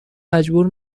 مجبور